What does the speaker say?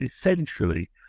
essentially